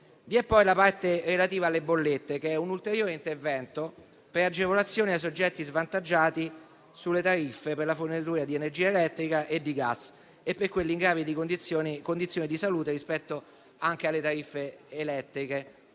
Vi è poi la parte relativa alle bollette, che è un ulteriore intervento per agevolazioni ai soggetti svantaggiati sulle tariffe per la fornitura di energia elettrica e di gas e per quelli in gravi condizioni di salute. Da questo punto di vista, mettiamo